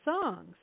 songs